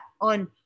on